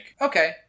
okay